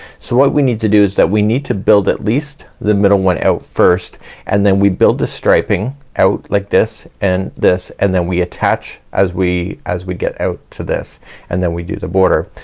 so what we need to do is that we need to build at least the middle one out first and then we build the striping out like this and this and then we attach as we, as we get out to this and then we do the border.